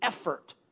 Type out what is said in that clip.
effort